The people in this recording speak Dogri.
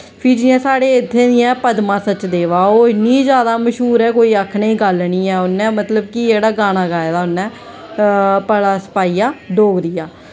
फ्ही जियां साढ़े इत्थें दियां पद्मा सचदेवा ओह् इन्नियां ज्यादा मश्हूर ऐ कोई आक्खने दी गल्ल नी उ'न्नै मतलब कि एह्कड़ा गाना गाए दा उ'न्नै भला सपाईयै डोगरिआ